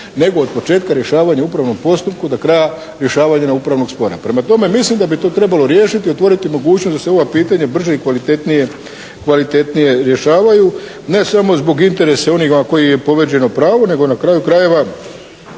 nego od početka rješavanja u upravnom postupku do kraja rješavanja upravnog spora. Prema tome, mislim da bi to trebalo riješiti i otvoriti mogućnost da se ova pitanja brže i kvalitetnije rješavaju, ne samo zbog interesa onih kojima je povrijeđeno pravo nego na kraju krajeva